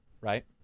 right